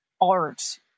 art